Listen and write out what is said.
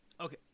Okay